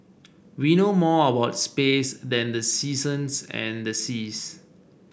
we know more about space than the seasons and the seas